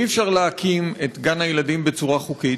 אי-אפשר להקים את גן-הילדים בצורה חוקית,